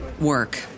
work